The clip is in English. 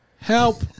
Help